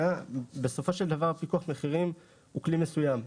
בסופו של דבר פיקוח מחירים הוא כלי מסוים.